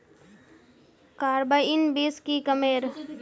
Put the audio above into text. Carbine बीस की कमेर?